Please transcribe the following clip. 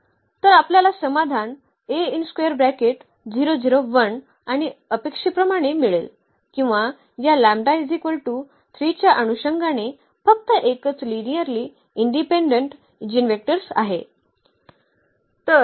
तर आपल्याला समाधान आणि अपेक्षेप्रमाणे मिळेल किंवा या च्या अनुषंगाने फक्त एकच लिनिअर्ली इंडिपेंडेंट ईजीनवेक्टर्स आहे